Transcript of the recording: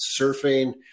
surfing